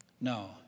No